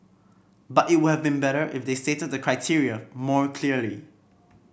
but it would have been better if they stated the criteria more clearly